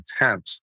attempts